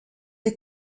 les